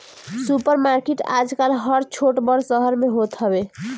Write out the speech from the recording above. super market आजकल हर छोट बड़ शहर में होत हवे